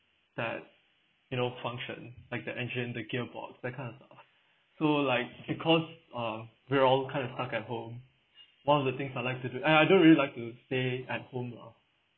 that you know function like the engine the gearbox that kind of stuff so like because uh we all kind of stuck at home one of the things I like to do and I don't really like to stay at home lah